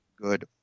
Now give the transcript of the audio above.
good